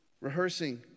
rehearsing